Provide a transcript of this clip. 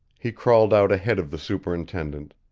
he crawled out ahead of the superintendent,